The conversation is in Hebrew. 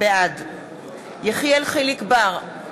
בעד יחיאל חיליק בר,